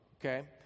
okay